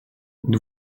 nous